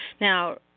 Now